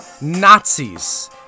Nazis